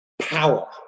Power